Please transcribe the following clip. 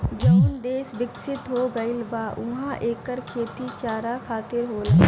जवन देस बिकसित हो गईल बा उहा एकर खेती चारा खातिर होला